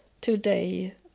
today